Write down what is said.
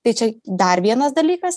tai čia dar vienas dalykas